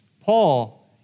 Paul